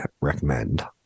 recommend